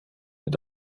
mit